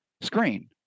screen